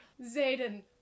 Zayden